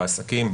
בעסקים,